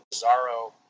bizarro